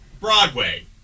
Broadway